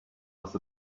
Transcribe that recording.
was